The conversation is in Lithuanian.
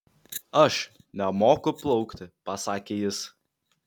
aš nemoku plaukti pasakė jis